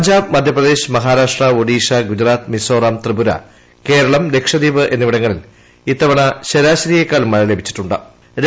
പഞ്ചാബ് മധ്യൂപ്പദേശ് മഹാരാഷ്ട്ര ഒഡീഷ ഗുജറാത്ത് മിസോറാം ത്രിപുര ക്ഷേര്ള്കില്ക്ഷദ്വീപ് എന്നിവിടങ്ങളിൽ ഇത്തവണ ശരാശരിയേക്കാൾ മഴ ലഭിച്ചിട്ടുണ്ട്ട്